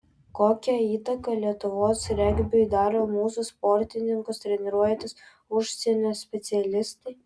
kokią įtaką lietuvos regbiui daro mūsų sportininkus treniruojantys užsienio specialistai